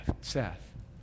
Seth